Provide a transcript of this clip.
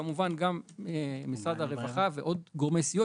וכמובן שגם משרד הרווחה ועוד גורמי סיוע,